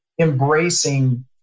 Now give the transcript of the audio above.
embracing